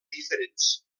diferents